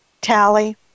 Tally